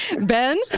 Ben